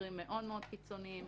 למקרים מאוד מאוד קיצוניים,